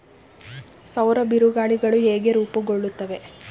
ಸೌರ ಬಿರುಗಾಳಿಗಳು ಹೇಗೆ ರೂಪುಗೊಳ್ಳುತ್ತವೆ?